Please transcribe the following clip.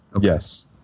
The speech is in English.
Yes